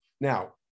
Now